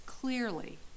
clearly